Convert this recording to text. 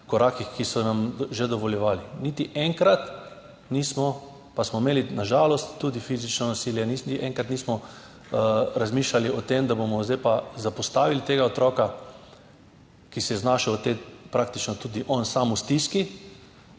korakih, ki so nam jih že dovoljevali. Niti enkrat nismo, pa smo imeli na žalost tudi fizično nasilje, nismo razmišljali o tem, da bomo zdaj pa zapostavili tega otroka, ki se je praktično tudi sam znašel v stiski,